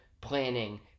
planning